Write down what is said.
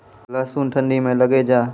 लहसुन ठंडी मे लगे जा?